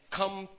come